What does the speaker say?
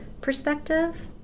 perspective